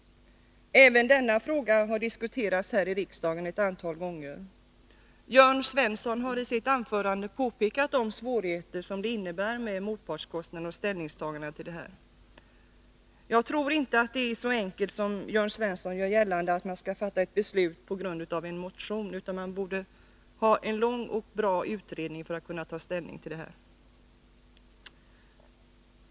Även denna fråga har diskuterats här i riksdagen ett antal gånger. Jörn Svensson har i sitt anförande påpekat de svårigheter som är förenade med motpartskostnaderna. Jag tror inte att det är så enkelt som Jörn Svensson gör gällande, att man kan fatta ett beslut på grundval av en motion. Man borde göra en lång och bra utredning innan man tar ställning.